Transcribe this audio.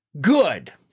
good